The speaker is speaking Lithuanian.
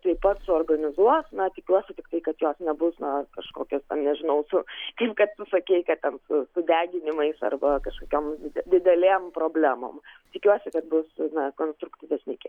taip pat suorganizuos na tikiuosi tiktai kad jos nebus na kažkokios ten nežinau su kaip kad sakei kad ten su su deginimais arba kažkokiom didelėm problemom tikiuosi kad bus na konstruktyvesni keliai